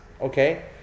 okay